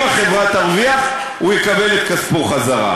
אם החברה תרוויח, הוא יקבל את כספו חזרה,